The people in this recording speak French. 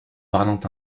parlant